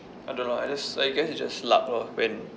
I don't know I just I guess it's just luck lor when